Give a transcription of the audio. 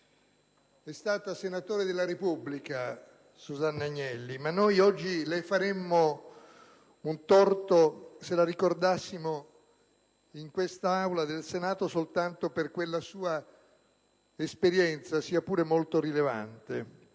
è stata senatore della Repubblica, ma noi oggi le faremmo un torto se la ricordassimo in quest'Aula del Senato soltanto per quella sua esperienza, sia pure molto rilevante.